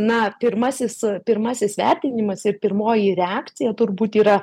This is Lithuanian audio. na pirmasis pirmasis vertinimas ir pirmoji reakcija turbūt yra